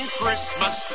Christmas